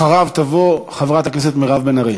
אחריו תבוא חברת הכנסת מירב בן ארי.